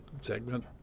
segment